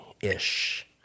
Ish